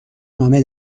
نامه